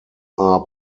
are